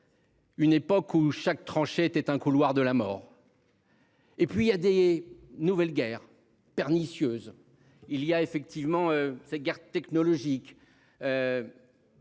Une époque où chaque était un couloir de la mort. Et puis il y a des nouvelles guerres pernicieuse. Il y a effectivement ces gardes technologique.